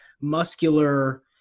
muscular